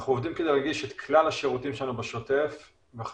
אנחנו עובדים כדי להגיש את כלל השירותים שלנו בשוטף וחשוב